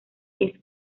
east